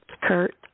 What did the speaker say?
kurt